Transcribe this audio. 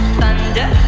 thunder